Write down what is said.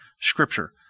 Scripture